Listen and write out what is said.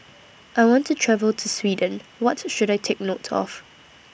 I want to travel to Sweden What should I Take note of